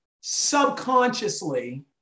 subconsciously